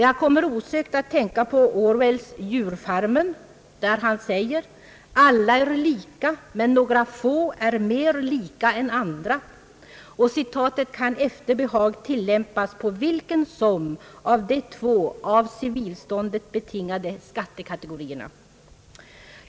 Jag kommer osökt att tänka på Orwells Djurfarmen, där det heter: » Alla är lika men några är mer lika än andra.» Citatet kan efter behag tillämpas på vilken som helst av de två av civilståndet betingade skattekategorierna.